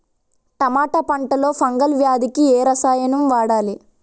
టమాటా పంట లో ఫంగల్ వ్యాధికి ఏ రసాయనం వాడాలి?